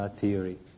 theory